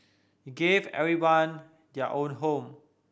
he gave everyone their own home